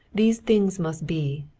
these things must be.